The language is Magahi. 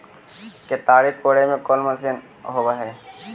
केताड़ी कोड़े के कोन मशीन होब हइ?